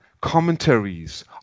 commentaries